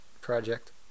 project